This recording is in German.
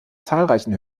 zahlreichen